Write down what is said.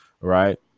right